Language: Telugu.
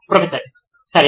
ప్రొఫెసర్ సరే